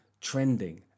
trending